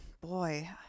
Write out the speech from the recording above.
Boy